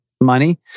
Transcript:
money